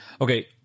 Okay